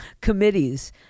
committees